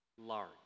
large